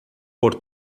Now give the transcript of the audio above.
por